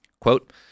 Quote